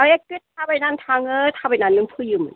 एके थाबायनानैनो थाङो थाबायनानैनो फैयोमोन